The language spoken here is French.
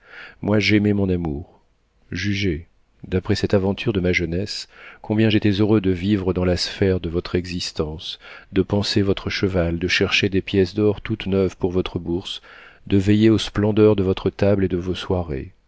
moi j'aimais mon amour jugez d'après cette aventure de ma jeunesse combien j'étais heureux de vivre dans la sphère de votre existence de panser votre cheval de chercher des pièces d'or toutes neuves pour votre bourse de veiller aux splendeurs de votre table et de vos soirées